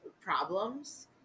problems